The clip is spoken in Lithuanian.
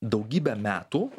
daugybę metų